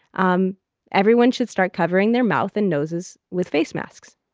um everyone should start covering their mouth and noses with face masks